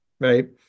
right